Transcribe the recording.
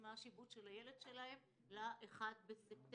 מה השיבוץ של הילד שלהם ל-1 בספטמבר.